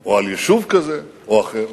או על יישוב כזה או אחר,